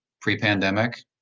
pre-pandemic